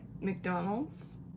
McDonald's